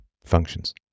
functions